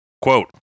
Quote